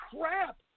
crap